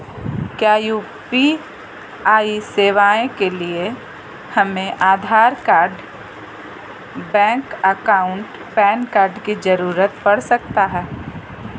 क्या यू.पी.आई सेवाएं के लिए हमें Aadhaar card bank account PAN card की जरूरत पड़ सकता है?